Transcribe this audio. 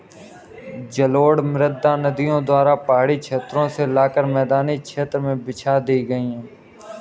जलोढ़ मृदा नदियों द्वारा पहाड़ी क्षेत्रो से लाकर मैदानी क्षेत्र में बिछा दी गयी है